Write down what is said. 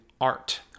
art